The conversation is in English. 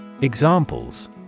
Examples